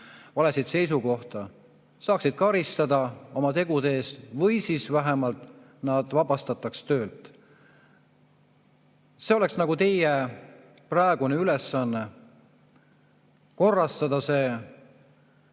valesid seisukohti, saaksid karistada oma tegude eest või siis vähemalt nad vabastataks töölt? See oleks teie praegune ülesanne korrastada